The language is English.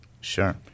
Sure